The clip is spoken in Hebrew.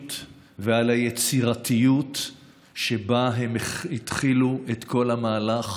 הנחישות ועל היצירתיות שבה הם התחילו את כל המהלך.